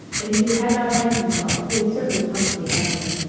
and if he had not hanged himself he had certainly come to the end of it.